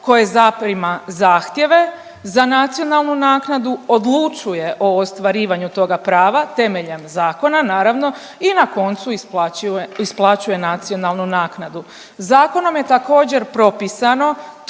koje zaprima zahtjeve za nacionalnu naknadu, odlučuje o ostvarivanju toga prava temeljem zakona, naravno i na koncu, isplaćuje nacionalnu naknadu. Zakonom je također, propisano